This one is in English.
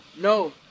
No